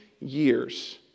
years